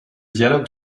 dialogue